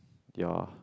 ya